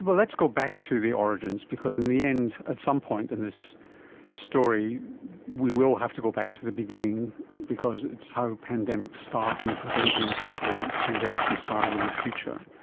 but let's go back to the origins because in the end at some point in this story we will have to go back to the beginning because it's how pandemics start and preventing hopefully pandemics from starting in the future.